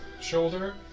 shoulder